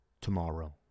tomorrow